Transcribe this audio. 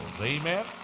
Amen